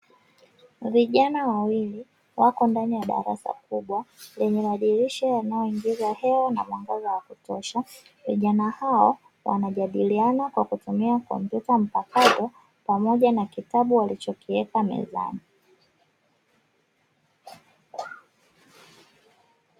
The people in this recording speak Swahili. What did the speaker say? Vijana wawili, wapo ndani ya darasa kubwa lenye madirisha yanayoingiza hewa na mwangaza wa kutosha, vijana hao wanajadiliana kwa kutumia kompyuta mpakato pamoja na kitabu walichokiweka mezani.